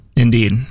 Indeed